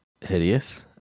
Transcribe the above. hideous